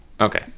okay